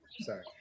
Sorry